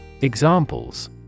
Examples